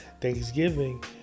thanksgiving